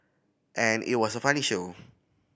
and it was a funny show